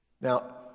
Now